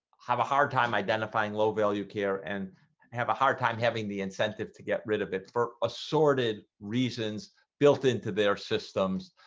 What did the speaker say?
have a hard time identifying low value care and have a hard time having the incentive to get rid of it for assorted reasons built into their systems